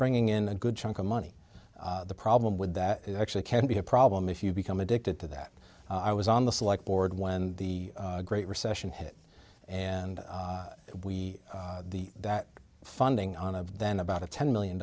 bringing in a good chunk of money the problem with that actually can be a problem if you become addicted to that i was on the select board when the great recession hit and we the that funding on a then about a ten million